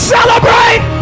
Celebrate